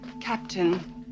captain